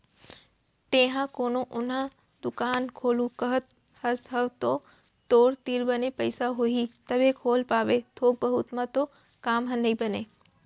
तेंहा कोनो ओन्हा दुकान खोलहूँ कहत हस तव तो तोर तीर बने पइसा होही तभे खोल पाबे थोक बहुत म तो काम ह नइ बनय